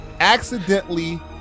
Accidentally